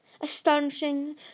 Astonishing